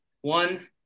one